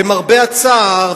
למרבה הצער,